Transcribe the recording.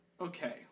okay